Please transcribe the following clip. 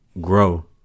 grow